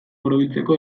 borobiltzeko